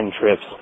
trips